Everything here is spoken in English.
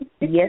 Yes